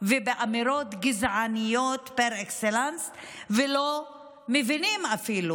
ואמירות גזעניות פר אקסלנס ולא מבינים אפילו